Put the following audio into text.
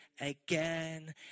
Again